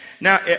Now